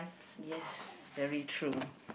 yes very true